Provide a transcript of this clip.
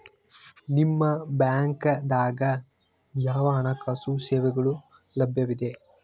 ನಿಮ ಬ್ಯಾಂಕ ದಾಗ ಯಾವ ಹಣಕಾಸು ಸೇವೆಗಳು ಲಭ್ಯವಿದೆ?